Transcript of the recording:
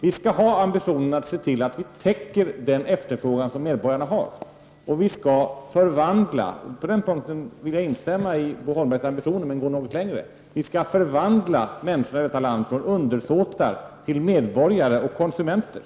Vi skall ha den ambitionen att täcka den efterfrågan som medborgarna har. Vi skall förvandla, och på den punkten vill jag instämma i Bo Holmbergs ambitioner men gå något längre, människor i detta land från undersåtar till medborgare och konsumenter.